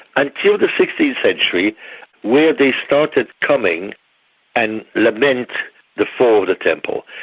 until the sixteenth century where they started coming and lamenting the fall of the temple.